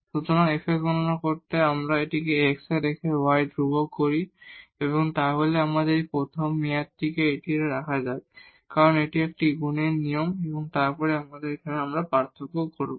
সুতরাং fx গণনা করতে আমরা এটিকে x রেখে y ধ্রুবক ধরি তাহলে আমাদের এই প্রথম মেয়াদটি এটিকে রাখা যাক কারণ এটি একটি গুনের নিয়ম এবং তারপর এখানে আমরা পার্থক্য করব